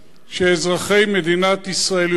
שאזרחי מדינת ישראל יודעים.